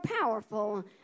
powerful